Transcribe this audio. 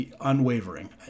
unwavering